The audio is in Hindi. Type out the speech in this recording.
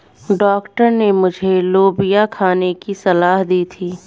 डॉक्टर ने मुझे लोबिया खाने की सलाह दी थी